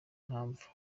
impamvu